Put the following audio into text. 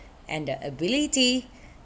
and the ability